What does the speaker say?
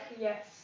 yes